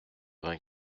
vingt